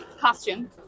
costume